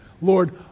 Lord